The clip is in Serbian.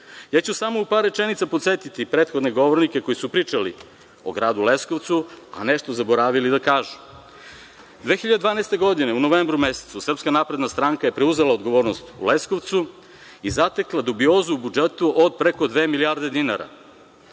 ću samo u par rečenica podsetiti prethodne govornike koji su pričali o gradu Leskovcu, a nešto zaboravili da kažu. Godine 2012. u novembru mesecu SNS je preuzela odgovornost u Leskovcu i zatekla dubiozu u budžetu od preko dve milijarde dinara.